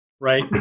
right